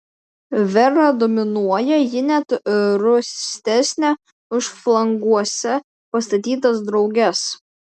vera dominuoja ji net rūstesnė už flanguose pastatytas drauges